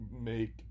make